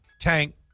tank